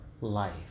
life